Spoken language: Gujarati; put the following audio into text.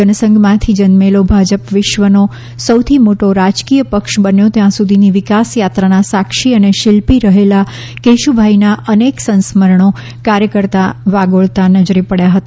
જનસંઘમાંથી જન્મેલો ભાજપ વિશ્વનો સૌથી મોટો રાજકીય પક્ષ બન્યો ત્યાં સુધીની વિકાસ થાત્રાના સાક્ષી અને શિલ્પી રહેલા કેશુભાઈના અનેક સંસ્મરણો કાર્યકર્તા અહી વાગોળતાં નજરે પડ્યા હતા